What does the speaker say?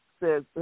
Says